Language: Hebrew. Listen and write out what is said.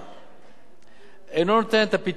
אינו נותן את הפתרון ההולם לתופעות,